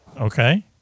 Okay